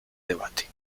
debate